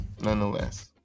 nonetheless